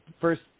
first